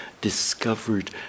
discovered